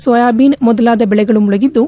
ಸೋಯಾಬಿನ ಮೊದಲಾದ ಬೆಳೆಗಳು ಮುಳಗಿದ್ದು